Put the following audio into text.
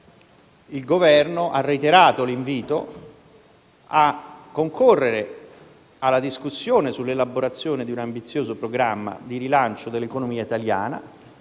il Governo ha reiterato l'invito a concorrere alla discussione sull'elaborazione di un ambizioso programma di rilancio dell'economia italiana.